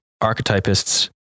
Archetypists